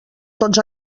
tots